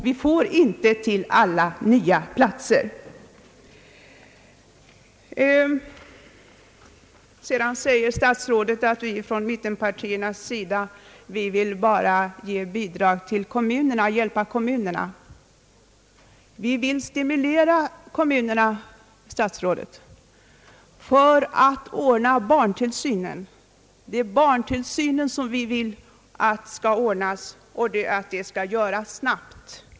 Det utgår ju inte bidrag till alla nya platser. Statsrådet säger vidare, att mittenpartierna bara vill ge bidrag till kommunerna och hjälpa kommunerna. Vi vill stimulera kommunerna, statsrådet Odhnoff, att ordna barntillsynen. Vi vill att barntillsynen skall ordnas, och att det skall ske snabbt.